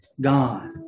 God